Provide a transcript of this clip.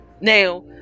Now